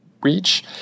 reach